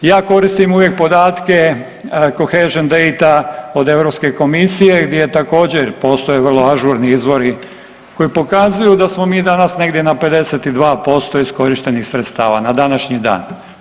Ja koristim uvijek podatke … [[Govornik se ne razumije]] od Europske komisije gdje također postoje vrlo ažurni izvori koji pokazuju da smo mi danas negdje na 52% iskorištenih sredstava na današnji dan.